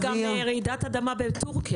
יכולה גם להיות רעידת אדמה בתורכיה.